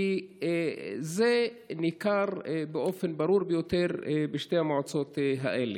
כי זה ניכר באופן ברור ביותר בשתי המועצות האלה.